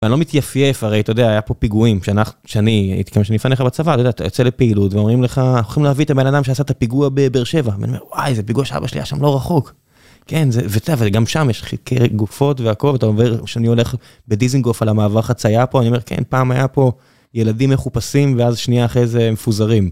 אני לא מתייפייף, הרי אתה יודע, היה פה פיגועים, שאנחנו, שאני, הייתי כמה שנים לפניך בצבא, אתה יודע, אתה יוצא לפעילות ואומרים לך, אנחנו הולכים להביא את הבן אדם שעשה את הפיגוע בבאר שבע. ואני אומר, וואי, זה פיגוע שאבא שלי היה שם לא רחוק. כן, זה, ו... וגם שם יש חלקי גופות, והכול, אתה אומר, שאני הולך בדיזנגוף על המעבר חצייה פה, אני אומר, כן, פעם היה פה ילדים מחופשים, ואז שנייה אחרי זה מפוזרים.